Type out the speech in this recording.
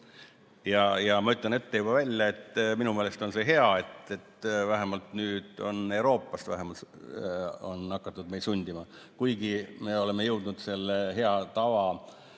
Ma ütlen juba ette, et minu meelest on see hea, et nüüd on Euroopast vähemalt hakatud meid sundima, kuigi me oleme jõudnud selle hea tava